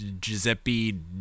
Giuseppe